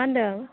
मा होनदों